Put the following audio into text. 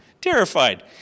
terrified